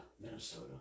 Minnesota